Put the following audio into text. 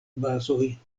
bazoj